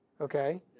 okay